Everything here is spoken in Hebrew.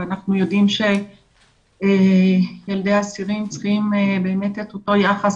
ואנחנו יודעים שילדי האסירים צריכים באמת את אותו היחס,